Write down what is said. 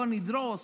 בוא נדרוס,